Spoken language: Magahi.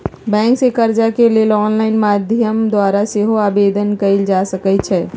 बैंक से कर्जा के लेल ऑनलाइन माध्यम द्वारा सेहो आवेदन कएल जा सकइ छइ